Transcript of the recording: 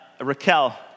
Raquel